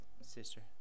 sister